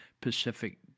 Pacific